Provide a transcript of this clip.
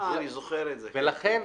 לכן,